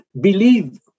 believe